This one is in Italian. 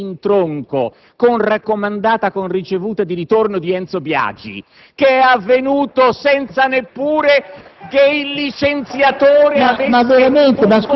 il licenziamento arbitrario, in tronco, con raccomandata con ricevuta di ritorno, di Enzo Biagi, che è avvenuto senza neppure